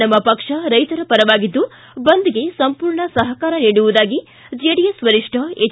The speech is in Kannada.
ನಮ್ನ ಪಕ್ಷ ರೈತರ ಪರವಾಗಿದ್ಲು ಬಂದ್ಗೆ ಸಂಪೂರ್ಣ ಸಹಕಾರ ನೀಡುವುದಾಗಿ ಜೆಡಿಎಸ್ ವರಿಷ್ಣ ಎಚ್